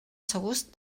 segurs